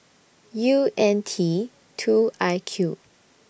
U N T two I Q